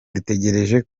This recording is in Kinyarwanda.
dutegereje